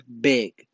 big